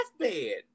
deathbed